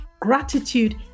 Gratitude